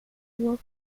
rua